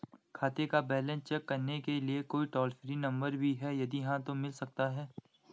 खाते का balance check करने के लिए कोई टॉल फ्री नम्बर भी है यदि हाँ तो मिल सकता है?